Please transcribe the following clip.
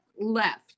left